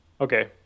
Okay